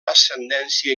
ascendència